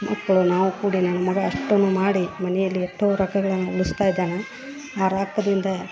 ಮಕ್ಕಳು ನಾವು ಕುಡಿ ನನ್ನ ಮಗ ಅಷ್ಟನ್ನು ಮಾಡಿ ಮನೆಯಲ್ಲಿ ಎಟ್ಟೋ ರೊಕ್ಕಗಳನ್ನ ಉಳ್ಸ್ತಾ ಇದ್ದಾನ ಆ ರೊಕ್ದಿಂದ